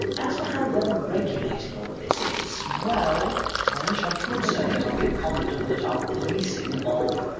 as for how well regulated all of this is, well i wish i could say that i feel confident that our policing of